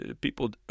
people